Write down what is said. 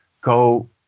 go